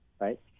right